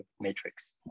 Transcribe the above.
matrix